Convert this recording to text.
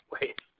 wait